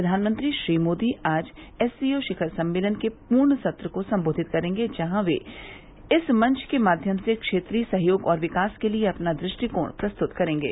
प्रधानमंत्री श्री मोदी आज एससीओ शिखर सम्मेलन के पूर्ण सत्र को संबोधित करेंगे जहां वे इस मंच के माध्यम से क्षेत्रीय सहयोग और विकास के लिए अपना दृष्टिकोण प्रस्तुत करेंगे